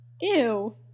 Ew